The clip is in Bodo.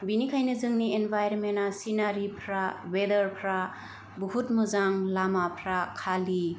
बिनिखायनो जोंनि एनवायरनमेन्टा सिनारिफ्रा वेडारफ्रा बहुत मोजां लामाफ्रा खालि